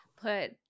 put